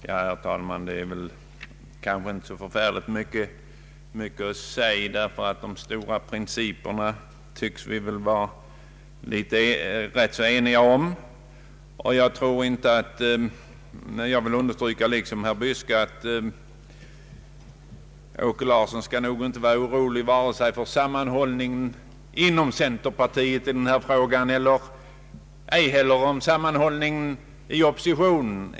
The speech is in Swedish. Herr talman! Det finns väl nu inte så förfärligt mycket att säga. De stora principerna tycks vi vara rätt eniga om. Jag vill understryka, liksom herr Gustafsson i Byske gjorde, att herr Åke Larsson inte behöver vara orolig vare sig för sammanhållningen inom centerpartiet i den här frågan eller för sammanhållningen inom oppositionen.